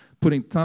putting